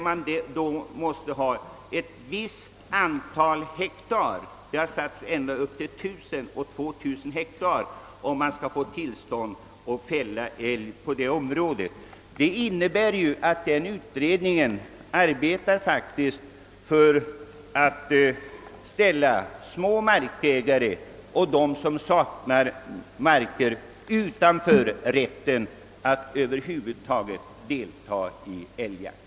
Man skall ha ett visst antal hektar ända upp till 1 000 och 2 000 hektar har ifrågasatts — för att få tillstånd att fälla älg. Så vitt jag kan förstå innebär det att denna utredning faktiskt arbetar för att ställa små markägare och personer som saknar mark utanför rätten att över huvud taget delta i älgjakt.